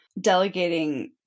delegating